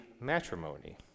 Matrimony